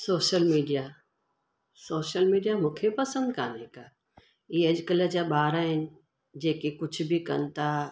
social media social media मूंखे पसंदि काने का इहे अॼुकल्ह जा ॿार आहिनि जेके कुझु बि कनि था